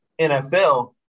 NFL